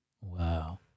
Wow